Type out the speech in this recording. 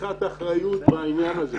לקיחת אחריות על העניין הזה.